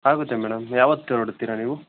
ಆಗುತ್ತೆ ಮೇಡಮ್ ಯಾವತ್ತು ಹೊರ್ಡ್ತೀರಾ ನೀವು